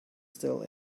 still